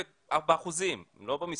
באחוזים לא במספרים,